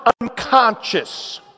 unconscious